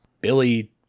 Billy